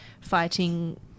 fighting